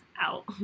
out